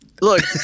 Look